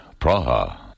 Praha